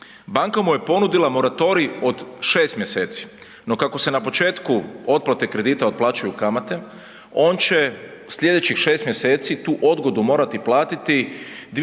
Banka mu je ponudila moratorij od 6 mjeseci, no kako se na početku otplate kredita otplaćuju kamate on će slijedećih 6 mjeseci tu odgodu morati platiti